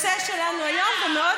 אנחנו כנסת ירוקה, נכון?